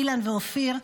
אילן ואופיר,